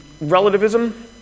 relativism